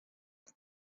are